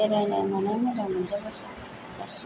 बेरायनाय मानाय मोजां मोनजोबो गासैबो